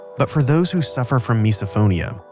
but for those who suffer from misophonia,